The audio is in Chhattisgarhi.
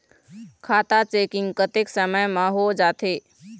खाता चेकिंग कतेक समय म होथे जाथे?